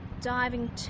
Diving